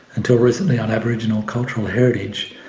until recently on aboriginal cultural heritage,